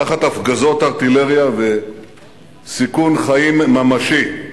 תחת הפגזות ארטילריה ובסיכון חיים ממשי.